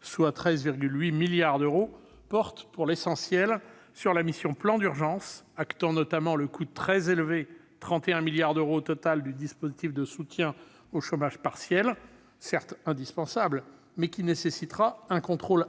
soit 13,8 milliards d'euros, portent pour l'essentiel sur la mission « Plan d'urgence », entérinant notamment le coût très élevé- 31 milliards d'euros au total -du dispositif de soutien au chômage partiel, certes indispensable, mais qui nécessitera un contrôle